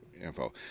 info